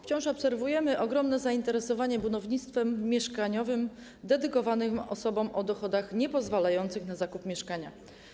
Wciąż obserwujemy ogromne zainteresowanie budownictwem mieszkaniowym skierowanym do osób o dochodach niepozwalających na zakup mieszkania.